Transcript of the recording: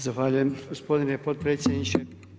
Zahvaljujem gospodine potpredsjedniče.